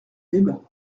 débat